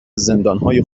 زندانهای